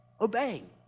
obeying